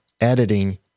editing